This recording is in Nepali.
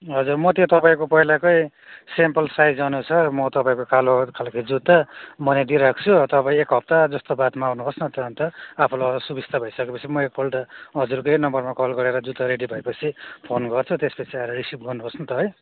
हजुर म त्यो तपाईँको पहिलाकै स्याम्पल साइजअनुसार म तपाईँको कालो खाल्के जुत्ता बनाइदिइराख्छु तपाईँ एक हप्ता जस्तो बादमा आउँनुहोस् न त अन्त आफूलाई असुबिस्ता भइसक्यो पछि म एकपल्ट हजुरकै नम्बरमा कल गरेर जुत्ता रेडी भएपछि फोन गर्छु त्यसपछि आएर रिसिभ गर्नुहोस् न त है